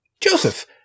Joseph